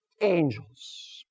angels